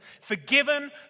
Forgiven